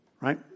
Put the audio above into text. right